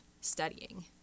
studying